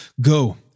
go